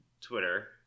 twitter